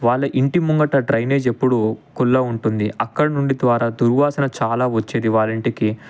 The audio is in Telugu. వాళ్ళ ఇంటి ముంగిట డ్రైనేజ్ ఎప్పుడు ఖుల్లా ఉంటుంది అక్కడ నుండి ద్వారా దుర్వాసన చాలా వచ్చేది వారి ఇంటికి